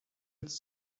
its